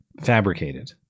fabricated